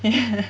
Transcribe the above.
ya